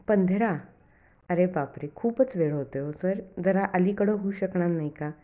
पंधरा अरे बापरे खूपच वेळ होतो सर जरा अलीकडं होऊ शकणार नाही का